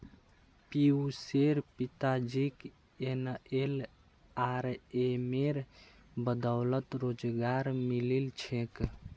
पियुशेर पिताजीक एनएलआरएमेर बदौलत रोजगार मिलील छेक